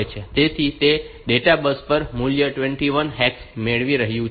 તેથી તે data bus પર મૂલ્ય 21 હેક્સ મેળવી રહ્યું છે